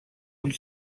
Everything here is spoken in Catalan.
ull